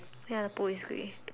ya boys grey